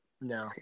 No